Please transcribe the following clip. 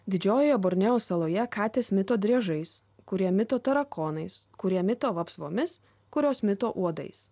didžiojoje borneo saloje katės mito driežais kurie mito tarakonais kurie mito vapsvomis kurios mito uodais